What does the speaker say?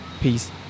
peace